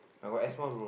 I got asthma bro